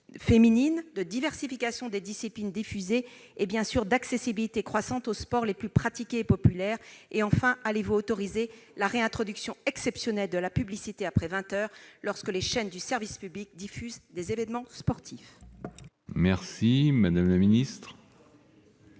féminines, de diversification des disciplines diffusées et, bien sûr, d'accessibilité croissante des sports les plus pratiqués et populaires ? Allez-vous autoriser la réintroduction exceptionnelle de la publicité après 20 heures lorsque les chaînes du service public retransmettent des événements sportifs ? La parole est à Mme la ministre.